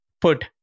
put